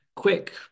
quick